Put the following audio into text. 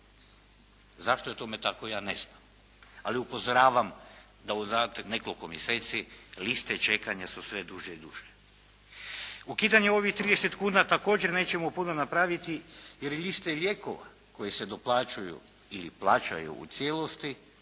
Zašto je tome tako ja ne znam, ali upozoravam da u zadnjih nekoliko mjeseci liste čekanja su sve duže i duže. Ukidanjem ovih 30 kuna također nećemo puno napraviti jer i liste lijekova koje se doplaćuju ili plaćaju u cijelosti